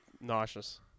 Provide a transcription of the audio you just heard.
nauseous